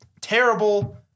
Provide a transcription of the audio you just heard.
Terrible